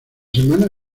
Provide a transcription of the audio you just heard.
semanas